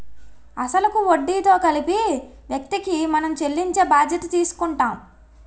అసలు కు వడ్డీతో కలిపి వ్యక్తికి మనం చెల్లించే బాధ్యత తీసుకుంటాం